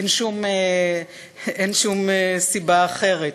אין שום סיבה אחרת,